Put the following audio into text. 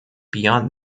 beyond